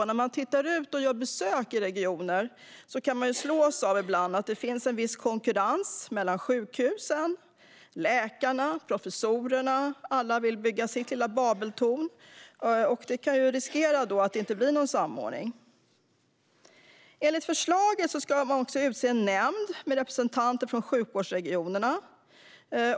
När man besöker regioner slås man nämligen ibland av att det finns en viss konkurrens mellan sjukhusen, läkarna och professorerna. Alla vill bygga sitt lilla babelstorn. Det riskerar att leda till att det inte blir någon samordning. Enligt förslaget ska man utse en nämnd med representanter från sjukvårdsregionerna.